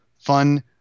fun